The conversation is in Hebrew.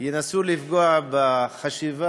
ינסו לפגוע בחשיבה,